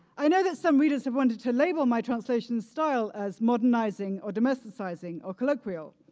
i know that some readers have wanted to label my translation style as modernizing or domesticizing or colloquial.